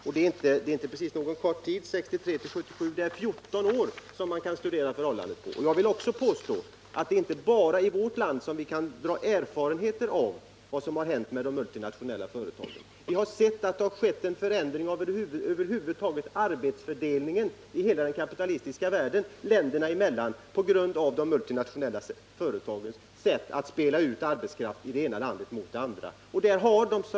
Och det är inte precis någon kort tid det gäller — det är 14 år man kan studera förhållandet på. Jag vill också påstå att det inte bara är i vårt land vi kan dra slutsatser om vad som har hänt med de multinationella företagen. Det har över huvud taget skett en förändring av arbetsfördelningen länderna emellan i hela den kapitalistiska världen på grund av de multinationella företagens sätt att spela ut det ena landets arbetskraft mot det andras.